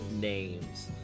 names